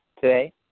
today